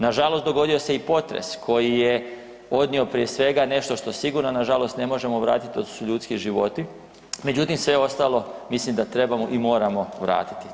Nažalost dogodio se i potres koji je odnio prije svega nešto što sigurno nažalost ne možemo vratiti, to su ljudski životi, međutim sve ostalo mislim da trebamo i moramo vratiti.